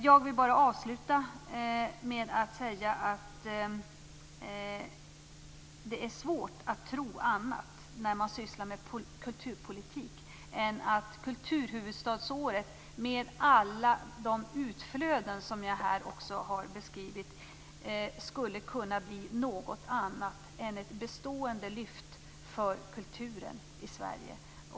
Jag vill avsluta med att säga att det är svårt att tro annat, när man sysslar med kulturpolitik, än att Kulturhuvudstadsåret, med alla de utflöden som jag här har beskrivit, skulle kunna bli något annat än ett bestående lyft för kulturen i Sverige.